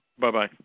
Bye-bye